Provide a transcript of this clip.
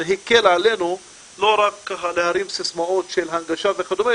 זה הקל עלינו לא רק ככה להרים סיסמאות של הנגשה וכדומה,